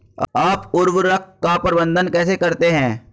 आप उर्वरक का प्रबंधन कैसे करते हैं?